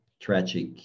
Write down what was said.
tragic